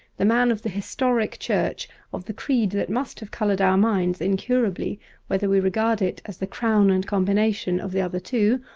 the man of the historic church, of the creed that must have coloured our minds incurably whether we regard it as the crown and combination of the other two,